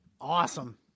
Awesome